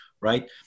right